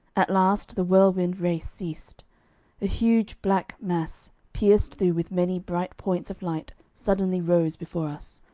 at last the whirlwind race ceased a huge black mass pierced through with many bright points of light suddenly rose before us,